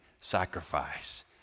sacrifice